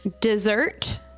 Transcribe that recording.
Dessert